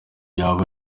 yaba